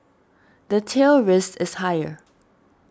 the tail risk is higher